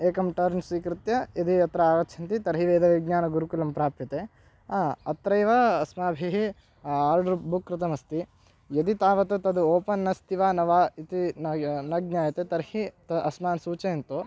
एकं टर्न् स्वीकृत्य यदि अत्र आगच्छन्ति तर्हि वेदविज्ञानगुरुकुलं प्राप्यते अत्रैव अस्माभिः आर्डर् बुक् कृतमस्ति यदि तावत् तत् ओपन् अस्ति वा न वा इति न ज्ञायते तर्हि तु अस्मान् सूचयन्तु